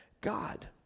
God